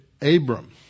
Abram